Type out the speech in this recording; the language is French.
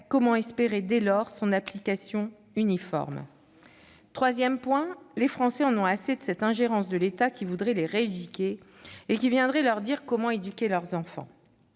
comment espérer son application uniforme ? Enfin, les Français en ont assez de cette ingérence de l'État, qui voudrait les « rééduquer » et leur dire comment éduquer leurs enfants.